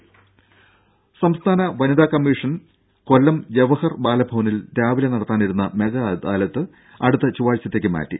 ദേദ സംസ്ഥാന വനിതാ കമ്മീഷൻ കൊല്ലം ജവഹർ ബാലഭവനിൽ രാവിലെ നടത്താനിരുന്ന മെഗാഅദാലത്ത് അടുത്ത ചൊവ്വാഴ്ചത്തേക്ക് മാറ്റി